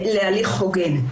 להליך הוגן.